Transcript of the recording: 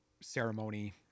ceremony